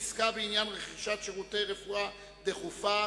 עסקה בעניין רכישת שירותי רפואה דחופה),